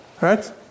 Right